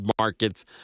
markets